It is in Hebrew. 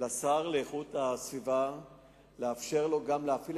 לתת לשר להגנת הסביבה להפעיל גם את